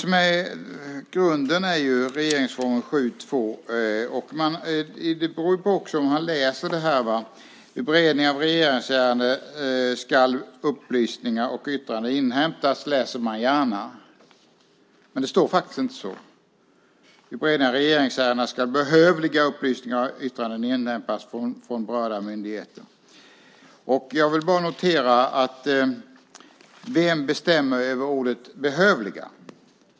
Grunden är regeringsformen 7 kap. 2 §. Det beror på hur man läser det. Vid beredningen av regeringsärenden ska upplysningar och yttranden inhämtas, läser man gärna. Det står faktiskt inte så. Det står: Vid beredningen av regeringsärenden ska behövliga upplysningar och yttranden inhämtas från berörda myndigheter. Jag vill notera vem som bestämmer över ordet "behövliga".